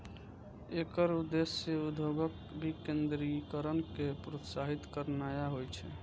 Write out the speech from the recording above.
एकर उद्देश्य उद्योगक विकेंद्रीकरण कें प्रोत्साहित करनाय होइ छै